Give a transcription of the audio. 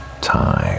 time